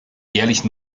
jährlich